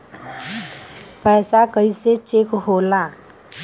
पैसा कइसे चेक होला?